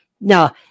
Now